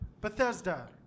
Bethesda